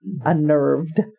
unnerved